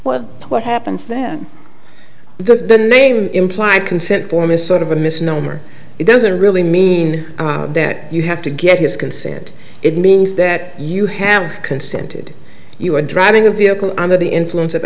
l what happens then the name implied consent form is sort of a misnomer it doesn't really mean that you have to get his consent it means that you have consented you are driving a vehicle under the influence of